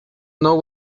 know